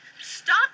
Stop